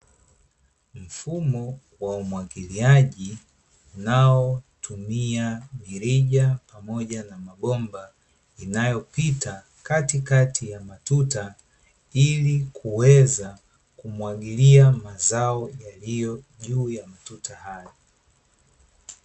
Mfumo wa umwagiliaji unaotumia mirija pamoja na mabomba, inayopita katikati ya matuta ili kuweza kumwagilia mazao yaliyo juu ya matuta hayo.